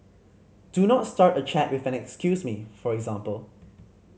do not start a chat with an excuse me for example